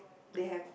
they have